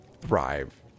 Thrive